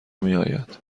میآید